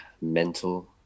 mental